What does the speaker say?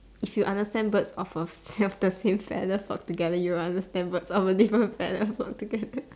if you understand birds of have the same feather flock together you will understand birds of the different feather flock together